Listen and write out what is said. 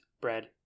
bread